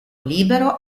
libero